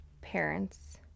parents